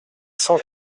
cent